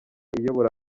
iyobora